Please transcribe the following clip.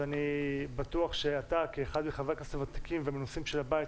אז אני בטוח שאתה כאחד מחברי הכנסת הוותיקים והמנוסים של הבית,